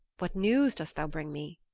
what news dost thou bring me?